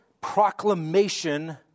proclamation